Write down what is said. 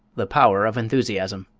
the power of enthusiasm